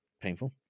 painful